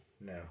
No